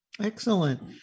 Excellent